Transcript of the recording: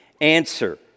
answer